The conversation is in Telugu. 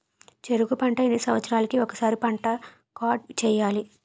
చెరుకు పంట ఎన్ని సంవత్సరాలకి ఒక్కసారి పంట కార్డ్ చెయ్యాలి?